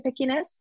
pickiness